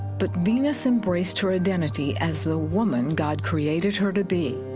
but venus emgraced her identity as the woman god created her to be.